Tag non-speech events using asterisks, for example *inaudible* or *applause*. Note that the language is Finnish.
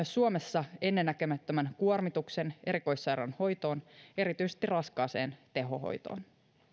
*unintelligible* suomessa ennennäkemättömän kuormituksen erikoissairaanhoitoon erityisesti raskaaseen tehohoitoon